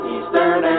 Eastern